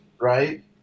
Right